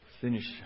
finish